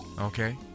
Okay